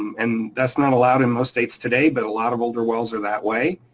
um and that's not allowed in most states today, but a lot of older wells are that way.